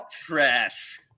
trash